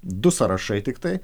du sąrašai tiktai